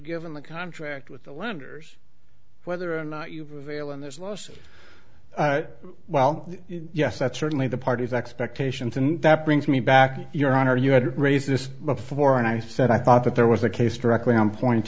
given the contract with the lenders whether or not you well yes that's certainly the party's expectations and that brings me back your honor you had raised this before and i said i thought that there was a case directly on point